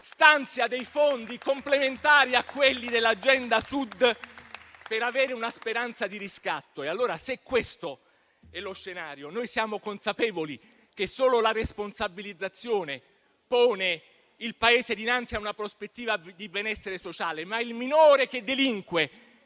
stanzia dei fondi complementari a quelli dell'Agenda Sud per avere una speranza di riscatto. Se questo è lo scenario, noi siamo consapevoli che solo la responsabilizzazione pone il Paese dinanzi a una prospettiva di benessere sociale. Il minore che delinque